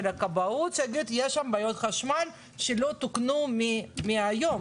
הכבאות שיגיד: יש שם בעיות חשמל שלא תוקנו מהיום.